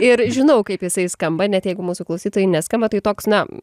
ir žinau kaip jisai skamba net jeigu mūsų klausytojai neskamba tai toks na